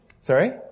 Sorry